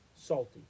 salty